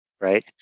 right